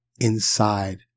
inside